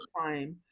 time